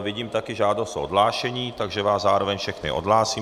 Vidím taky žádost o odhlášení, takže vás zároveň všechny odhlásím.